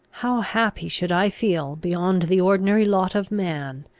how happy should i feel, beyond the ordinary lot of man,